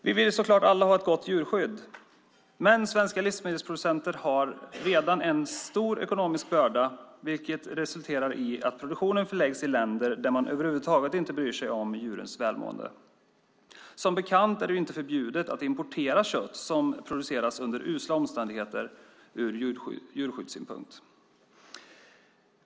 Vi vill så klart alla ha ett gott djurskydd. Men svenska livsmedelsproducenter har redan en stor ekonomisk börda, vilket resulterar i att produktionen förläggs till länder där man över huvud taget inte bryr sig om djurens välmående. Som bekant är det inte förbjudet att importera kött som har producerats under usla omständigheter ur djurskyddssynpunkt.